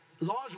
Laws